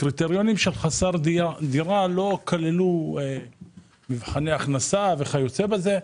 הקריטריונים של חסר דירה לא כללו מבחני הכנסה וכיוצא בזה,